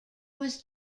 was